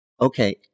Okay